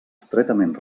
estretament